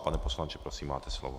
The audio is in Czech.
Pane poslanče, prosím máte slovo.